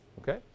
Okay